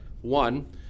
one